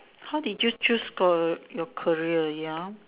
how did you choose ca~ your career ya